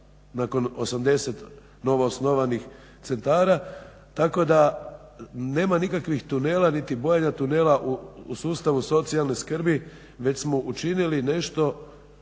nakon 80 novoosnovanih centara tako da nema nikakvih tunela niti bojanja tunela u sustavu socijalne skrbi već smo učinili nešto,